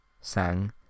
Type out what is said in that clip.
sang